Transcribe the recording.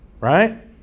right